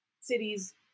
cities